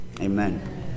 Amen